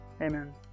Amen